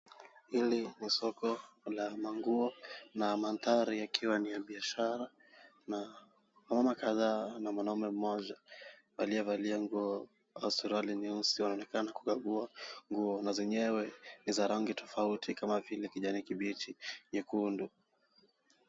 Hili ni soko la manguo na mandhari yakiwa ni ya biashara na wamama kadhaa na mwanaume mmoja aliyevalia nguo, suruali nyeusi waonekana kukagua nguo na zenyewe ni za rangi tofauti kama vile kijani kibichi, nyekundu.